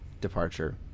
departure